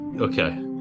okay